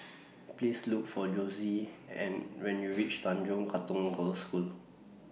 Please Look For Josie and when YOU REACH Tanjong Katong Girls' School